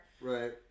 Right